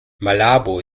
malabo